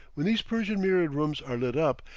when these persian mirrored rooms are lit up,